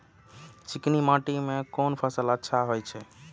चिकनी माटी में कोन फसल अच्छा होय छे?